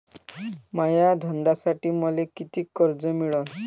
माया धंद्यासाठी मले कितीक कर्ज मिळनं?